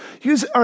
Use